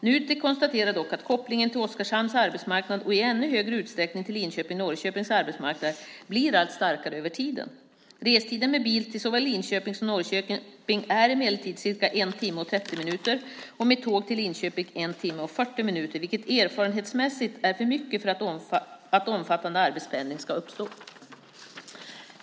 Nutek konstaterar dock att kopplingen till Oskarshamns arbetsmarknad och i ännu större utsträckning till Linköping-Norrköpings arbetsmarknad blir allt starkare över tiden. Restiden med bil till såväl Linköping som Norrköping är emellertid ca 1 timme och 30 minuter och med tåg till Linköping 1 timme och 40 minuter, vilket erfarenhetsmässigt är för mycket för att omfattande arbetspendling ska uppstå.